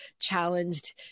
challenged